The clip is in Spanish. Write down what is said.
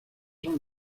son